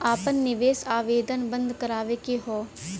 आपन निवेश आवेदन बन्द करावे के हौ?